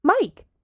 Mike